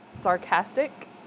sarcastic